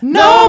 no